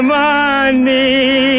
money